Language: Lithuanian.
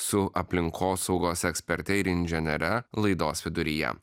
su aplinkosaugos eksperte ir inžiniere laidos viduryje